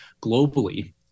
globally